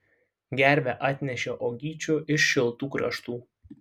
gervė atnešė uogyčių iš šiltų kraštų